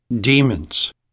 demons